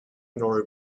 nor